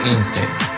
Instinct